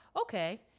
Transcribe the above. okay